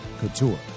couture